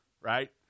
right